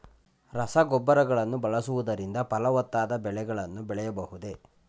ರಸಗೊಬ್ಬರಗಳನ್ನು ಬಳಸುವುದರಿಂದ ಫಲವತ್ತಾದ ಬೆಳೆಗಳನ್ನು ಬೆಳೆಯಬಹುದೇ?